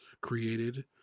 created